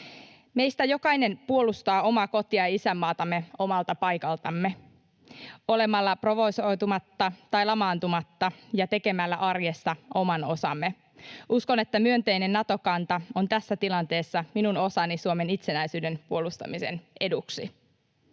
Meistä jokainen puolustaa omaa koti- ja isänmaatamme omalta paikaltamme olemalla provosoitumatta tai lamaantumatta ja tekemällä arjessa oman osamme. Uskon, että myönteinen Nato-kanta on tässä tilanteessa minun osani Suomen itsenäisyyden puolustamisen eduksi.